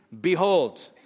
behold